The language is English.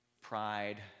pride